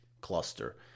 cluster